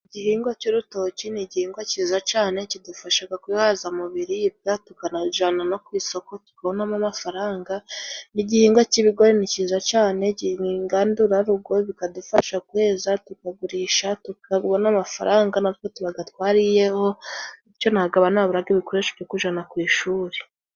Igihingwa cy'urutoki ni igihingwa kiza cane kidufashaga kwihaza mu biribwa, tukanajana no ku isoko tukabonamo amafaranga. N'igihingwa cy'ibigori ni cyiza cyane. Ni ingandurarugo bikadufasha kweza tukagurisha tukabona amafaranga, natwe tubaga twariyeho bico ntabwo abana baburaga ibikoresho byo kujana ku ishuri.